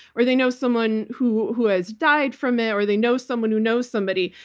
or they know someone who who has died from it, or they know someone who knows somebody.